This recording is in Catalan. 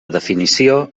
definició